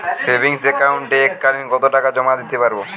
Savings একাউন্টে এক কালিন কতটাকা জমা দিতে পারব?